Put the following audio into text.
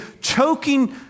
choking